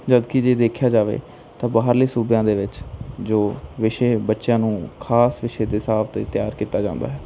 ਜਦ ਕੀ ਜੇ ਦੇਖਿਆ ਜਾਵੇ ਤਾਂ ਬਾਹਰਲੇ ਸੂਬਿਆਂ ਦੇ ਵਿੱਚ ਜੋ ਵਿਸ਼ੇ ਬੱਚਿਆਂ ਨੂੰ ਖਾਸ ਵਿਸ਼ੇ ਦੇ ਹਿਸਾਬ ਤੇ ਤਿਆਰ ਕੀਤਾ ਜਾਂਦਾ ਹੈ